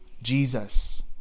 Jesus